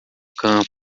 campo